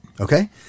Okay